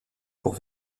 pour